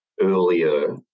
earlier